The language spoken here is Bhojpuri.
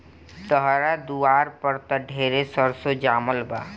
तहरा दुआर पर त ढेरे सरसो जामल बा